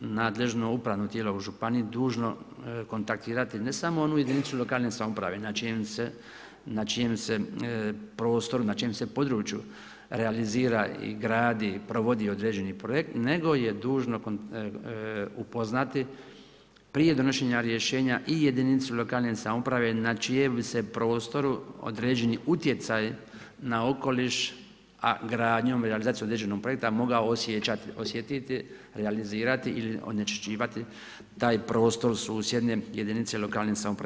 nadležno upravno tijelo u županiji dužno kontaktirati ne samo onu jedinicu lokalne samouprave na čijem se prostoru, na čijem se području realizira i gradi, provodi određeni projekt nego je dužno upoznati prije donošenja rješenja i i jedinice lokalne samouprave na čijem bi se prostoru određeni utjecaj na okoliš, a gradnjom i realizacijom određenog projekta mogao osjetiti realizirati ili onečišćivati taj prostor susjedne jedinice lokalne samouprave.